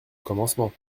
commencement